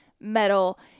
metal